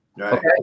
okay